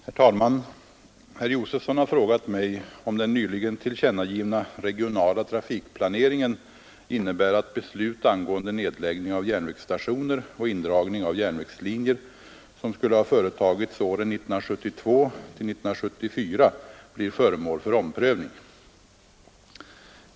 Herr talman! Herr Josefson i Arrie har frågat mig om den nyligen tillkännagivna regionala trafikplaneringen innebär att beslut angående nedläggning av järnvägsstationer och indragning av järnvägslinjer som skulle ha företagits åren 1972—1974 blir föremål för omprövning.